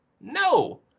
No